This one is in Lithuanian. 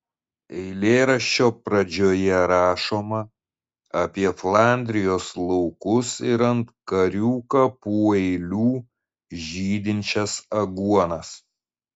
eilėraščio pradžioje rašoma apie flandrijos laukus ir ant karių kapų eilių žydinčias aguonas